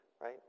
right